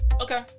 okay